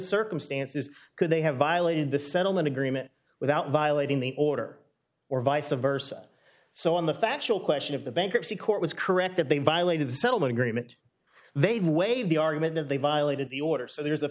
circumstances could they have violated the settlement agreement without violating the order or vice versa so on the factual question of the bankruptcy court was correct that they violated the settlement agreement they've waived the argument that they violated the order so there's a